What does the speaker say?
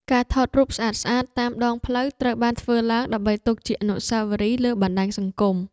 ការថតរូបស្អាតៗតាមដងផ្លូវត្រូវបានធ្វើឡើងដើម្បីទុកជាអនុស្សាវរីយ៍លើបណ្ដាញសង្គម។